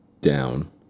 down